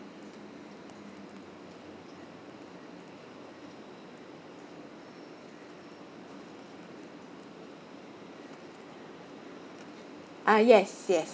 uh yes yes